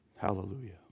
Hallelujah